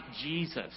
Jesus